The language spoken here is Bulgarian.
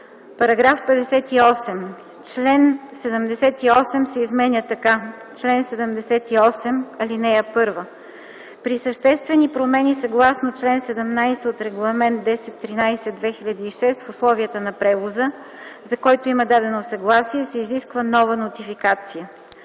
води.” § 58. Член 78 се изменя така: „Чл. 78.(1) При съществени промени съгласно чл. 17 от Регламент 1013/2006 в условията на превоза, за който има дадено съгласие, се изисква нова нотификация.